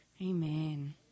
amen